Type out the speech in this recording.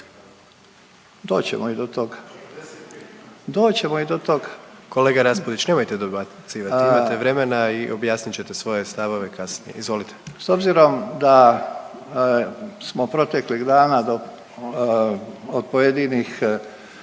ćemo i do toga. …/Upadica predsjednik: Kolega Raspudić, nemojte dobacivat, imate vremena i objasnit ćete svoje stavove kasnije. Izvolite./… S obzirom da smo proteklih dana od pojedinih